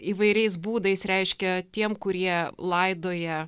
įvairiais būdais reiškia tiem kurie laidoja